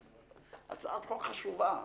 זו הצעת חוק חשובה,